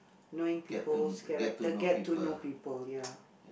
knowing people's character get to know people ya